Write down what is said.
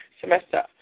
semester